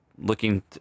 looking